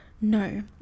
No